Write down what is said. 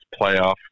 playoff